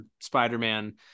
Spider-Man